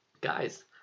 guys